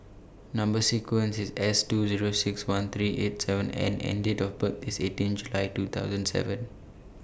Number sequence IS S two Zero six one three eight seven N and Date of birth IS eighteen July two thousand seven